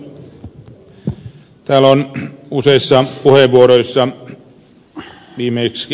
täällä on useissa puheenvuoroissa viimeksi ed